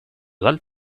dal